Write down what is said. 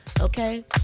okay